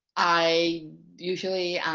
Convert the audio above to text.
i usually